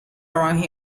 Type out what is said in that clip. around